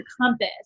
compass